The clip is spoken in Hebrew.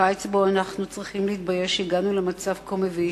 קיץ בו אנחנו צריכים להתבייש שהגענו למצב כה מביש.